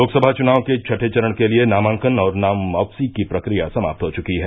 लोकसभा चुनाव के छठें चरण के लिये नामांकन और नाम वापासी की प्रक्रिया समाप्त हो चुकी है